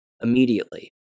immediately